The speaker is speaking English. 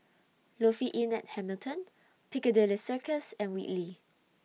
Lofi Inn At Hamilton Piccadilly Circus and Whitley